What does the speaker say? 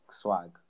swag